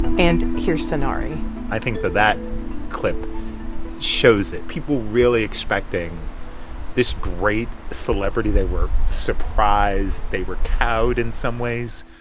and here's sonari i think that that clip shows that people were really expecting this great celebrity. they were surprised. they were cowed in some ways,